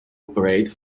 operate